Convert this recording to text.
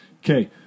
Okay